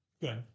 Good